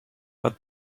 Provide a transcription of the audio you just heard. but